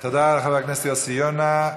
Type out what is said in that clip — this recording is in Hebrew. תודה לחבר הכנסת יוסי יונה.